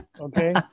Okay